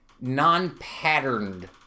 non-patterned